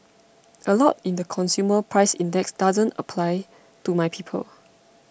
a lot in the consumer price index doesn't apply to my people